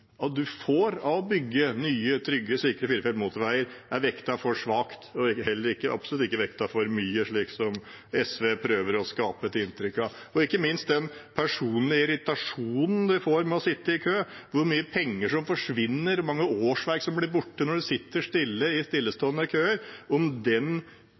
er vektet for lavt og absolutt ikke vektet for høyt, slik som SV prøver å skape et inntrykk av. Og ikke minst, den personlige irritasjonen man får ved å sitte i kø, hvor mye penger som forsvinner og hvor mange årsverk som blir borte når man sitter i stillestående køer – er det vektet høyt nok? Det er en modell der som viser en slags gjennomsnittlig lønnskostnad, men er den